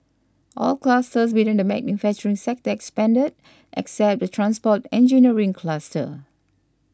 all clusters within the manufacturing sector expanded except the transport engineering cluster